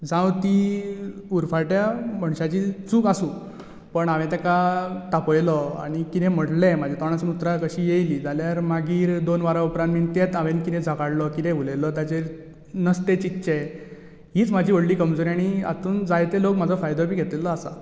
जावं ती उरफाट्या मनशाची चूक आसूं पूण हांवें ताका तापयलो कितें म्हणलें म्हज्या तोंडांतलीं उतरां कशींय येयलीं जाल्यार मागीर दोन वरां उपरांत तेंच हांवें कितें झगडलो कितें उलयलो ताचेर नस्ते चिंतचें हीच म्हाजी व्हडली कमजोरी आनी हातूंत जायते लोक म्हजो फायदो बी घेतिल्लो आसा